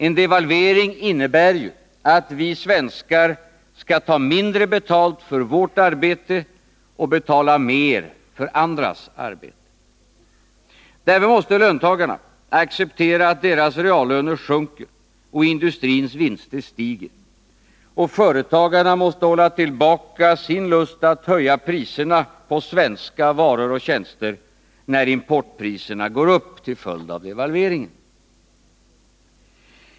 En devalvering innebär ju att vi svenskar skall ta mindre betalt för vårt arbete och betala mer för andras arbete. Därför måste löntagarna acceptera att deras reallöner sjunker och industrins vinster stiger. Och företagarna måste hålla tillbaka sin lust att höja priserna på svenska varor och tjänster, när importpriserna går upp till följd av devålveringen.